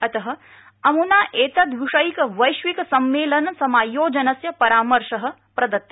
अत अमुना एतत्विषयक वैश्विक सम्मेलनसमायोजनस्य परामर्श प्रदत्त